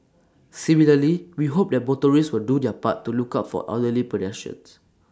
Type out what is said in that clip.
similarly we hope that motorists will do their part to look out for elderly pedestrians